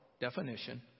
definition